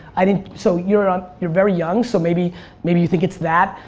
i mean so you're um you're very young so maybe maybe you think it's that.